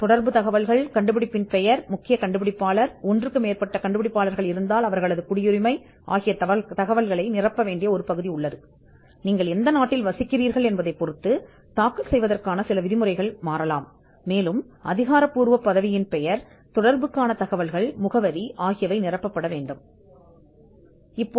எனவே தொடர்பு தகவல் கண்டுபிடிப்பின் பெயர் முக்கிய கண்டுபிடிப்பாளர் பல கண்டுபிடிப்பாளர்கள் இருந்தால் அவர்கள் தேசியம் என்று குறிப்பிடப்பட வேண்டிய ஒரு பகுதி உள்ளது ஏனெனில் உங்கள் குடியிருப்பாளர்கள் தாக்கல் உத்தியோகபூர்வ பதவி தொடர்பு தகவல் மற்றும் முகவரி ஆகியவற்றின் சில விதிகளை தீர்மானிக்க முடியும்